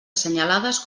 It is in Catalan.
assenyades